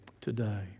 today